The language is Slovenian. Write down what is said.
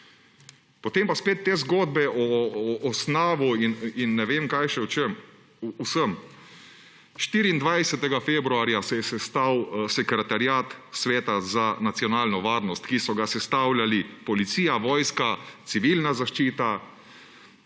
Potem pa spet te zgodbe o SNAV-u in ne vem, o čem vsem še. 24. februarja se je sestal Sekretariat sveta za nacionalno varnost, ki so ga sestavljali policija, vojska, Civilna zaščita,